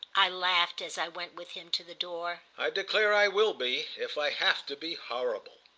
i laughed as i went with him to the door. i declare i will be, if i have to be horrible!